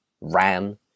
ran